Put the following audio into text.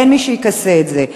אין מי שיכסה את זה.